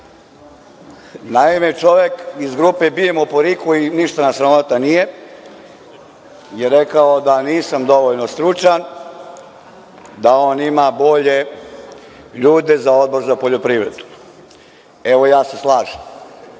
Naime, čovek iz grupe „bijemo po RIK-u i ništa nas sramota nije“ je rekao da nisam dovoljno stručan da on ima bolje ljude za Odbor za poljoprivredu. Evo, ja se slažem.